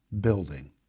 building